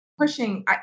pushing